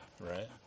right